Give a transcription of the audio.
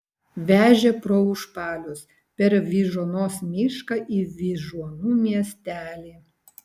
vežė pro užpalius per vyžuonos mišką į vyžuonų miestelį